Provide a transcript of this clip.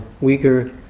weaker